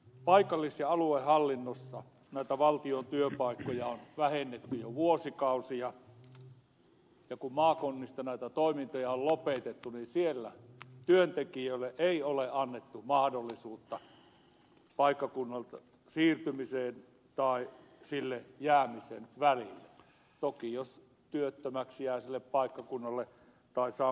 paikallis ja aluehallinnosta näitä valtion työpaikkoja on vähennetty jo vuosikausia ja kun maakunnista näitä toimintoja on lopetettu niin siellä työntekijöille ei ole annettu mahdollisuutta paikkakunnalta siirtymisen tai sille jäämisen välille toki jos työttömäksi jää sille paikkakunnalle tai saa muun työpaikan